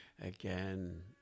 again